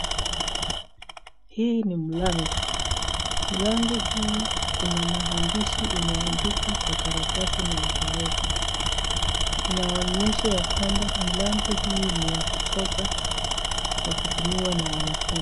Hii ni milango. Milango huu kuna maandishi yameandikwa kwa karatasi na ikawekwa. Inaonyesha ya kwamba mlango hii ni ya kutoka kwa kutumiwa na wanafunzi.